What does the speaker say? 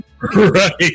Right